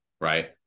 right